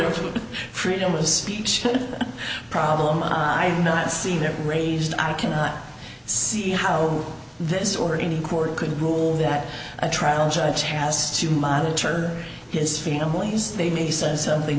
of freedom of speech problem and i do not see that raised i cannot see how this or any court could rule that a trial judge has to monitor his families they may says something